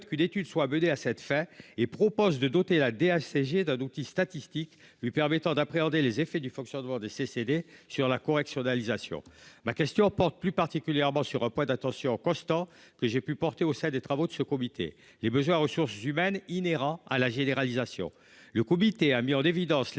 qu'une étude soit menée à sept fait et propose de doter la DACG d'un outil statistique lui permettant d'appréhender les effets du fonctionnement de ces CD sur la correctionnalisation. Ma question porte plus particulièrement sur point d'attention constant que j'ai pu porter haut c'est des travaux de ce comité. Les besoins en ressources humaines inhérents à la généralisation. Le comité a mis en évidence les